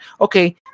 okay